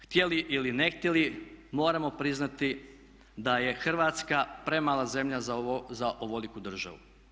Htjeli ili ne htjeli moramo priznati da je Hrvatska premala zemlja za ovoliku državu.